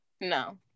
No